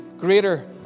greater